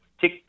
Tick